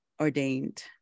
ordained